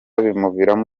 bimuviramo